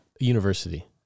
university